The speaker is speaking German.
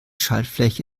schaltfläche